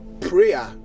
prayer